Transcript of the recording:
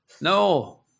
No